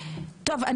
טוב,